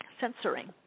censoring